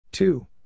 Two